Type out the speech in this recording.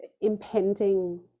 impending